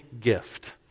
gift